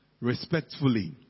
respectfully